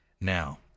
Now